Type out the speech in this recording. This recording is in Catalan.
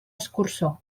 escurçó